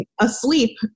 asleep